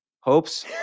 hopes